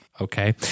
Okay